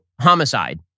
homicide